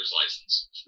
license